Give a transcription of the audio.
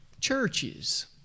Churches